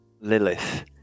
Lilith